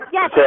Yes